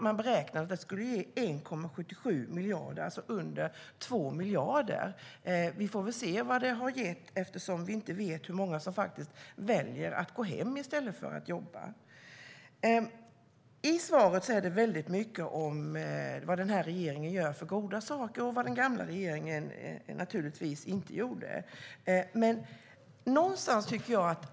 Man beräknar att det skulle ge 1,77 miljarder, det vill säga under 2 miljarder. Vi får väl se vad det ger. Vi vet inte hur många det är som väljer att gå hem i stället för att jobba. I svaret sägs det väldigt mycket om vad regeringen gör för goda saker och naturligtvis om vad den gamla regeringen inte gjorde.